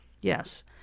Yes